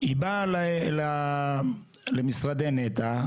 היא באה למשרדי נת"ע,